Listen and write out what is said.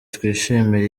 twishimire